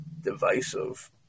divisive